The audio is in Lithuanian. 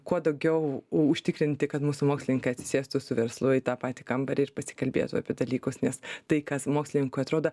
kuo daugiau užtikrinti kad mūsų mokslininkai atsisėstų su verslu į tą patį kambarį ir pasikalbėtų apie dalykus nes tai kas mokslininkui atrodo